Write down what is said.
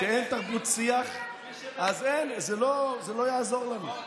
כשאין תרבות שיח, אז אין, זה לא יעזור לנו.